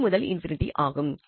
a முதல் ∞ ஆகும்